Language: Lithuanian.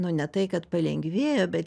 nu ne tai kad palengvėjo bet